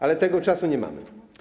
Ale tego czasu nie mamy.